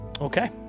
Okay